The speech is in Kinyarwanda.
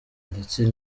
ndetse